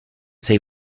say